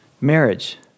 marriage